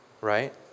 right